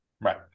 right